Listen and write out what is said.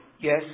Yes